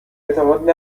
اعتماد